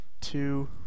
Two